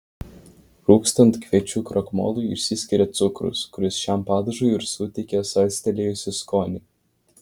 rūgstant kviečių krakmolui išsiskiria cukrus kuris šiam padažui ir suteikia salstelėjusį skonį